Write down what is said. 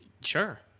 Sure